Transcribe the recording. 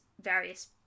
various